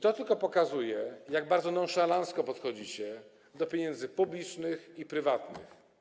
To tylko pokazuje, jak bardzo nonszalancko podchodzicie do pieniędzy publicznych i prywatnych.